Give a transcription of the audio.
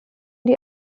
die